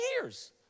years